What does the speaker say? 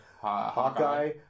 Hawkeye